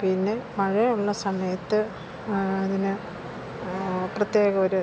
പിന്നെ മഴയുള്ള സമയത്ത് അതിന് പ്രത്യേകം ഒരു